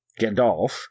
Gandalf